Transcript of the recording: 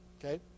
okay